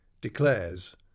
declares